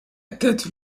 tête